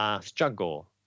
struggle